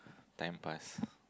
time pass